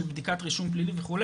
של בדיקת רישום פלילי וכו'.